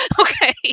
Okay